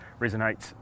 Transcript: resonates